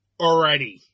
Already